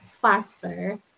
faster